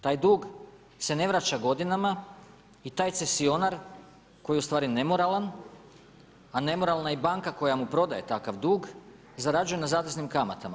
Taj dug se ne vraća godinama i taj cesionar koji je ustvari nemoralan, a nemoralna je i banka koja mu prodaje takav dug zarađuje na zateznim kamatama.